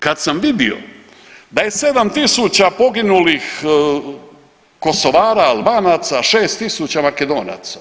Kad sam vidio da je 7000 poginulih Kosovara, Albanaca, 6000 Makedonaca.